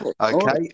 Okay